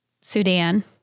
Sudan